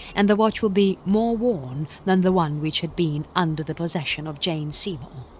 and the watch will be more worn than the one which had been under the possession of jane seymour.